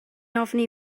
ofni